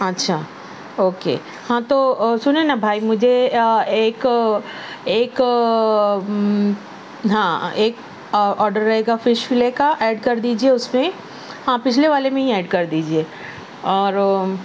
اچھا okay ہاں تو سنیں نا بھائی مجھے ایک ایک ہاں ایک آڈر رہے گا فش فلے کا ایڈ کر دیجیے اس میں ہاں پچھلے والے میں ہی ایڈ کر دیجیے اور